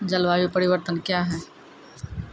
जलवायु परिवर्तन कया हैं?